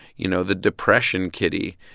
you know, the depression kitty,